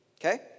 Okay